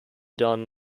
done